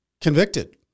convicted